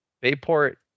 Bayport